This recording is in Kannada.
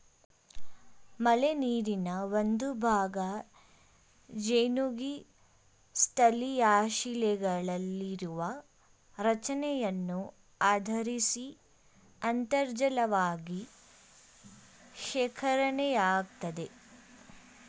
ಮಳೆನೀರಿನ ಒಂದುಭಾಗ ಜಿನುಗಿ ಸ್ಥಳೀಯಶಿಲೆಗಳಲ್ಲಿರುವ ರಚನೆಯನ್ನು ಆಧರಿಸಿ ಅಂತರ್ಜಲವಾಗಿ ಶೇಖರಣೆಯಾಗ್ತದೆ